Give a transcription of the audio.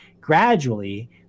Gradually